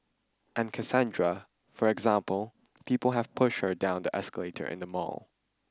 and Cassandra for example people have pushed her down the escalator in the mall